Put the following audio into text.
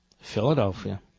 Philadelphia